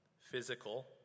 physical